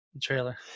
Trailer